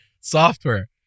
software